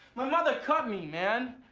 my mother cut me, man.